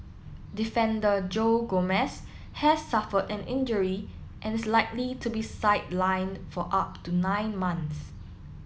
defender Joe Gomez has suffered an injury and is likely to be sidelined for up to nine months